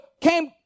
came